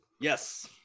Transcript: yes